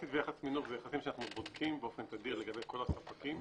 זה יחסים שאנחנו בודקים באופן תדיר לגבי כל הספקים,